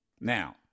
Now